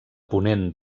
ponent